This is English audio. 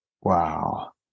Wow